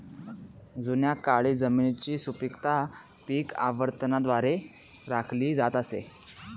जुन्या काळी जमिनीची सुपीकता पीक आवर्तनाद्वारे राखली जात असे